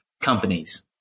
companies